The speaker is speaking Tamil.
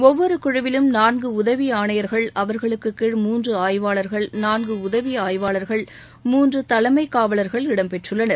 ஒவ்வொரு குழுவிலும் நான்கு உதவி ஆணையா்கள் அவா்களுக்கு கீழ் மூன்று ஆய்வாளா்கள் நான்கு உதவி ஆய்வாளர்கள் மூன்று தலைமை காவலர்கள் இடம்பெற்றுள்ளனர்